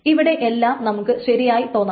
ഇവിടെയെല്ലാം നമുക്ക് ശരിയായി തോന്നാം